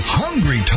hungry